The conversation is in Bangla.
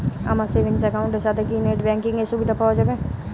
আমার সেভিংস একাউন্ট এর সাথে কি নেটব্যাঙ্কিং এর সুবিধা পাওয়া যাবে?